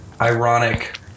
ironic